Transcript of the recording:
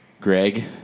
greg